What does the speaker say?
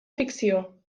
ficció